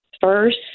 First